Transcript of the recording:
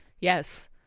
yes